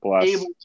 able